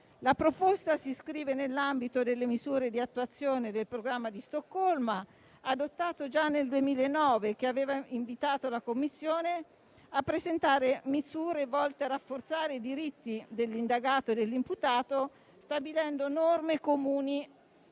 La proposta si iscrive nell'ambito delle misure di attuazione del programma di Stoccolma, adottato già nel 2009, che aveva invitato la Commissione a presentare misure volte a rafforzare i diritti dell'indagato o dell'imputato stabilendo norme comuni